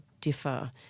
differ